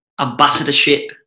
ambassadorship